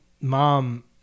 mom